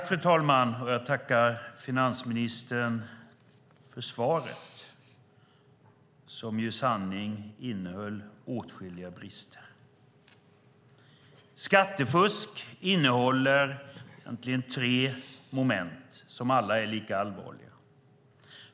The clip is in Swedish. Fru talman! Jag tackar finansministern för svaret som i sanning innehöll åtskilliga brister. Skattefusk innehåller egentligen tre moment som alla är lika allvarliga.